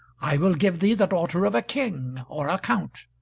i will give thee the daughter of a king, or a count.